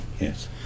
Yes